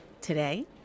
Today